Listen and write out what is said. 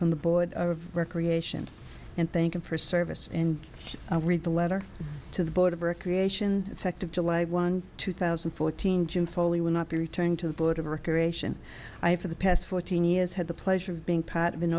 from the board of recreation and thank him for service and read the letter to the board of recreation effective july one two thousand and fourteen june foley will not be returning to the board of record and i for the past fourteen years had the pleasure of being